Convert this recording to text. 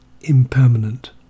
impermanent